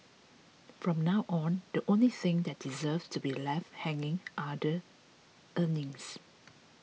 from now on the only thing that deserves to be left hanging are the earrings